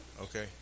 Okay